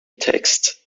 text